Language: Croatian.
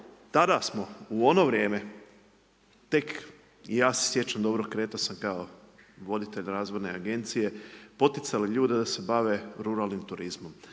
Tada smo u ono vrijeme tek i ja se sjećam dobro kretao sam kao voditelj razvojne agencije poticao ljude da se bave ruralnim turizmom,